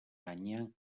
gainean